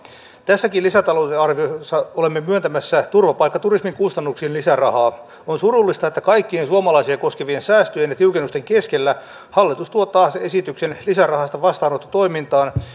tässäkin lisätalousarviossa olemme myöntämässä turvapaikkaturismin kustannuksiin lisärahaa on surullista että kaikkien suomalaisia koskevien säästöjen ja tiukennusten keskellä hallitus tuo taas esityksen lisärahasta vastaanottotoimintaan